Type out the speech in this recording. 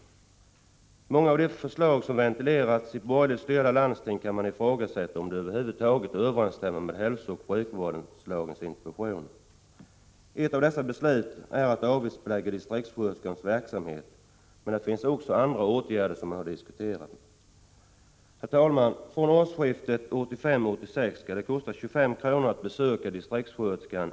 Man kan ifrågasätta om många av de förslag som ventileras i borgerligt styrda landsting över huvud taget överensstämmer med hälsooch sjukvårdslagens intentioner. Ett av dessa förslag är att avgiftsbelägga distriktssköterskornas verksamhet. Men också andra åtgärder har diskuterats. fr.o.m. årsskiftet 1985-1986 skall det inom Helsingforss läns landsting kosta 25 kr. att besöka distriktssköterskan.